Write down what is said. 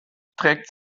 beträgt